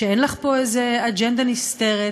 שאין לך פה איזו אג'נדה נסתרת,